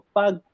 pag